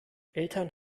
eltern